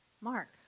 Mark